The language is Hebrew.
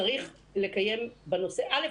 שצריך לקיים בנושא א',